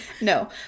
No